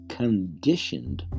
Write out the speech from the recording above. conditioned